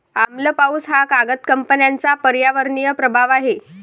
आम्ल पाऊस हा कागद कंपन्यांचा पर्यावरणीय प्रभाव आहे